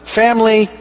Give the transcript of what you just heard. family